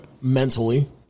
mentally